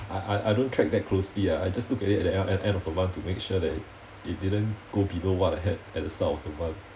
I I I don't track that closely ah I just look at it at the end end end of the month to make sure that it didn't go below what I had at the start of the month